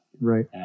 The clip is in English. Right